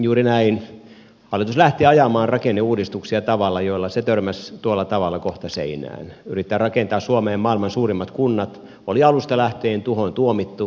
juuri näin hallitus lähti ajamaan rakenneuudistuksia tavalla jolla se törmäsi kohta seinään yritys rakentaa suomeen maailman suurimmat kunnat oli jo alusta lähtien tuhoon tuomittu